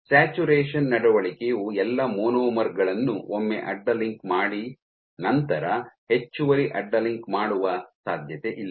saturation ನಡವಳಿಕೆಯು ಎಲ್ಲಾ monomer ಗಳನ್ನು ಒಮ್ಮೆ ಅಡ್ಡ ಲಿಂಕ್ ಮಾಡಿದ ನಂತರ ಹೆಚ್ಚುವರಿ ಅಡ್ಡ ಲಿಂಕ್ ಮಾಡುವ ಸಾಧ್ಯತೆಯಿಲ್ಲ